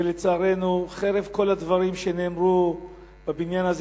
ולצערנו, חרף כל הדברים שכבר נאמרו בבניין הזה